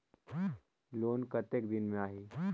Loan कतेक दिन मे आही?